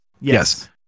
Yes